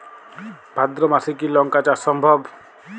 ভাদ্র মাসে কি লঙ্কা চাষ সম্ভব?